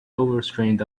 overstrained